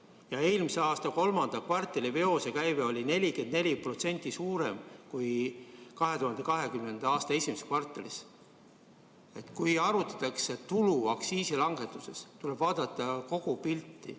ja eelmise aasta kolmanda kvartali veosekäive oli 44% suurem kui 2020. aasta esimeses kvartalis. Kui arvutatakse tulu aktsiisilangetusest, tuleb vaadata kogupilti.